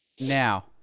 Now